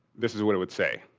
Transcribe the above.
this is what it would say.